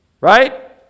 Right